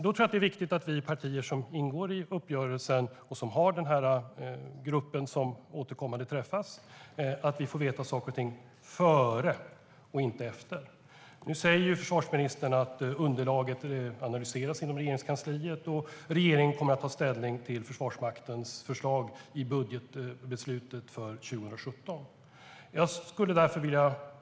Då är det viktigt att vi partier som ingår i uppgörelsen och har denna grupp som återkommande träffas får veta saker före och inte efter. Försvarsministern säger att underlaget analyseras inom Regeringskansliet och att regeringen kommer att ta ställning till Försvarsmaktens förslag i budgetbeslutet för 2017.